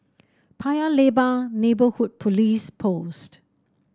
Paya Lebar Neighbourhood Police Post